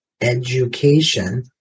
education